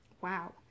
Wow